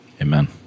Amen